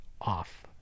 off